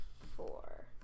four